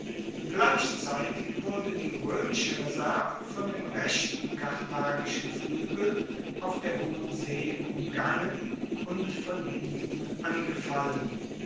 gleichzeitig wurde die roemische reserve von dem rechten karthagischen fluegel auf der hohen see umgangen und von hinten angefallen